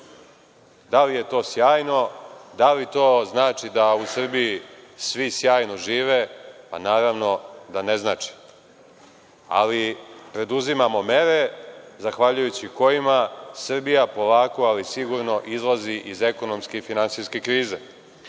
Da li je to sjajno, da li to znači da u Srbiji svi sjajno žive? Naravno da ne znači, ali preduzimamo mere zahvaljujući kojima Srbija polako, ali sigurno izlazi iz ekonomske i finansijske krize. Što